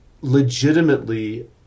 legitimately